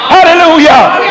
Hallelujah